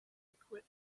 equipment